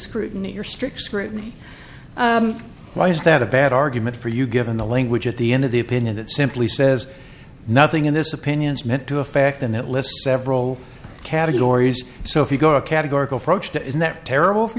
scrutiny or strict scrutiny why is that a bad argument for you given the language at the end of the opinion that simply says nothing in this opinion is meant to effect in that list several categories so if you go to a categorical approach that isn't that terrible for